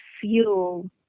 fuel